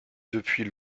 depuis